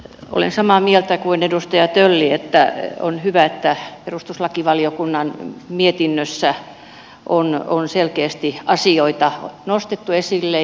olen samaa mieltä kuin edustaja tölli että on hyvä että perustuslakivaliokunnan mietinnössä on selkeästi asioita nostettu esille